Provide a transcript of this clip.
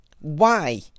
Why